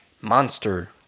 monster